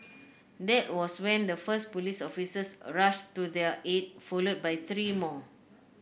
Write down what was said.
that was when the first police officers rushed to their aid followed by three more